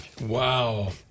Wow